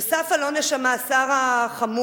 נוסף על עונש המאסר החמור,